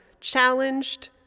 challenged